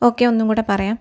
okay ഒന്നും കുടെ പറയാം